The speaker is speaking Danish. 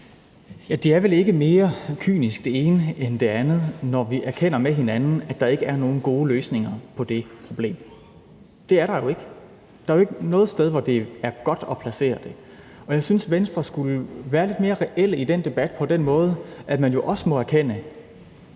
ene er vel ikke mere kynisk end det andet, når vi sammen erkender, at der ikke er nogen gode løsninger på det problem. Det er der ikke; der er jo ikke noget sted, hvor det er godt at placere det. Og jeg synes, Venstre skulle være lidt mere reelle i den debat på den måde, at man jo også må erkende,